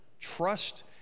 trust